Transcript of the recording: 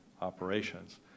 operations